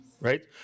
right